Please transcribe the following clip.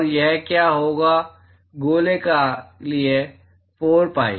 और वह क्या होगा गोले के लिए 4 pi